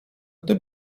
gdy